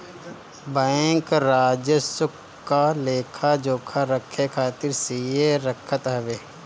bank राजस्व क लेखा जोखा रखे खातिर सीए रखत हवे